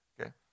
Okay